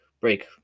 break